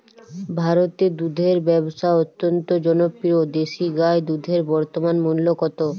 ভারতে দুধের ব্যাবসা অত্যন্ত জনপ্রিয় দেশি গাই দুধের বর্তমান মূল্য কত?